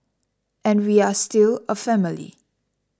and we are still a family